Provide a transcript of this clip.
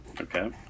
Okay